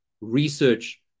research